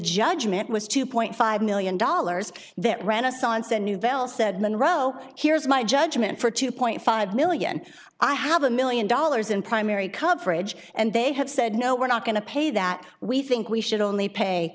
judgment was two point five million dollars that renaissance a new bell said monroe here's my judgment for two point five million i have a million dollars in primary coverage and they have said no we're not going to pay that we think we should only pay